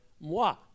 moi